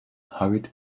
hurried